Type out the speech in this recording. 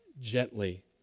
gently